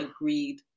agreed